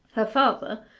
her father,